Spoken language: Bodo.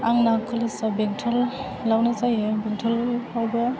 आंना कलेजआ बेंथलावनो जायो बेंथलावबो